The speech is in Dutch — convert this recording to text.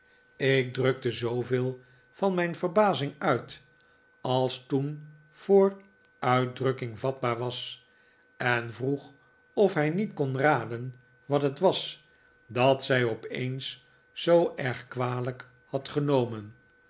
ik drukte zooveel van mijn verbazing uit als toen voor uitdrukking vatbaar was en vroeg of hij niet kon raden wat het was dat zij opeens zoo erg kwalijk had genomen